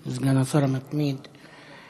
הנני קורא לך לעלות לדוכן.